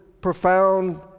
profound